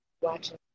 watching